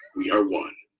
we are one.